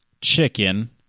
Chicken